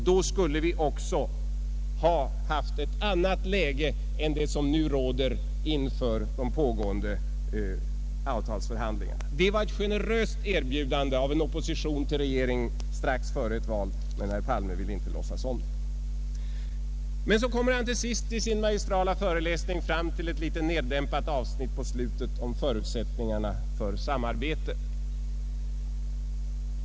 Då skulle vi också ha haft en annan situation beträffande de pågående avtalsförhandlingarna än den som nu råder. Detta var ett generöst erbjudande till regeringen från oppositionen strax före ett val, men herr Palme ville inte låtsas om det. I slutet av sin magistrala föreläsning kom herr Palme fram till ett något neddämpat avsnitt om förutsättningarna för samarbete.